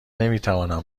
نمیتوانم